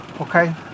okay